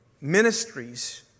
ministries